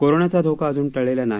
कोरोनाचा धोका अजून टळलेला नाही